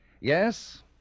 Yes